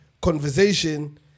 conversation